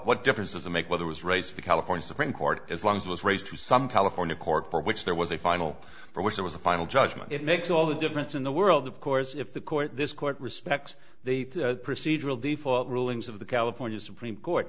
what difference does it make whether was raised the california supreme court as long as was raised to some california court for which there was a final for which there was a final judgment it makes all the difference in the world of course if the court this court respects the procedural default rulings of the california supreme court